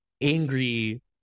angry